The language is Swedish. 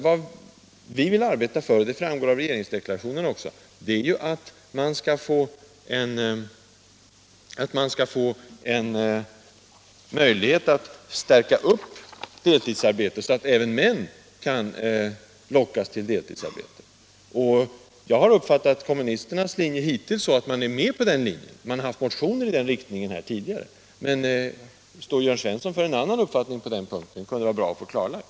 Vad vi vill arbeta för — det framgår också av regeringsdeklarationen —- är att man skall få en möjlighet att förstärka deltidsarbetets ställning, så att även män kan finna deltidsarbete acceptabelt. Jag har uppfattat kommunisternas inställning hittills så. att man är med på den linjen. 2 Man har haft motioner i den riktningen tidigare. Men står Jörn Svensson för en annan uppfattning på den punkten, kunde det vara bra att få det klarlagt.